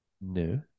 No